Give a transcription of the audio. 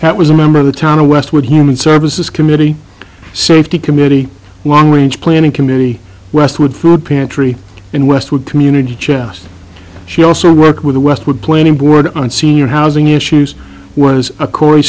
that was a member of the town of westwood human services committee safety committee long range planning committee westwood food pantry and westwood community chest she also worked with westwood planning board on senior housing issues was a cor